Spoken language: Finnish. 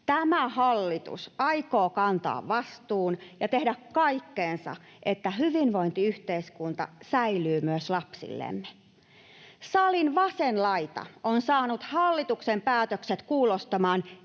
tämä hallitus aikoo kantaa vastuun ja tehdä kaikkensa, että hyvinvointiyhteiskunta säilyy myös lapsillemme. Salin vasen laita on saanut hallituksen päätökset kuulostamaan